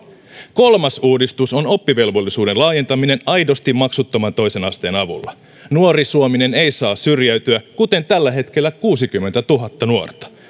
kolmas uudistus on oppivelvollisuuden laajentaminen aidosti maksuttoman toisen asteen avulla nuori suominen ei saa syrjäytyä kuten tällä hetkellä kuusikymmentätuhatta nuorta